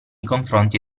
confronti